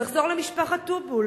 נחזור למשפחת טובול.